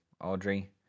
Audrey